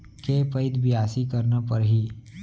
के पइत बियासी करना परहि?